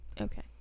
Okay